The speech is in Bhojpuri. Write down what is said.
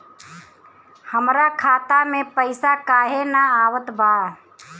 हमरा खाता में पइसा काहे ना आवत बा?